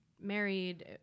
married